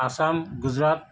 Assam Gujarat